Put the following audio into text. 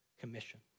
commission